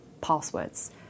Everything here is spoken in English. passwords